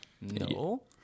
No